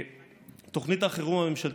תוכנית החירום הממשלתית,